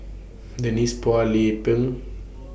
Denise Phua Lay Peng